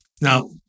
Now